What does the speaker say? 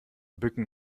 bücken